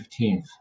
15th